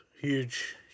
huge